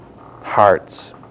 hearts